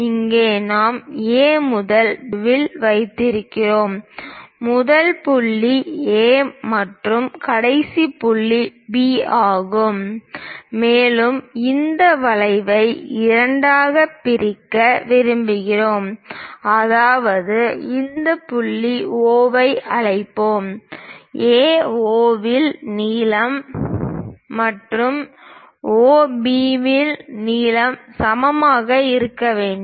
இங்கே நாம் A முதல் B வரை ஒரு வில் வைத்திருக்கிறோம் முதல் புள்ளி A மற்றும் கடைசி புள்ளி B ஆகும் மேலும் இந்த வளைவை இரண்டாக பிரிக்க விரும்புகிறோம் அதாவது இந்த புள்ளி O ஐ அழைப்போம் AO வில் நீளம் வில் மற்றும் OB வில் நீளம் சமமாக இருக்க வேண்டும்